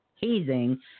hazing